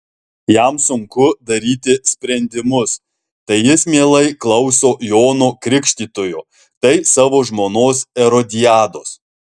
jam sunku daryti sprendimus tai jis mielai klauso jono krikštytojo tai savo žmonos erodiados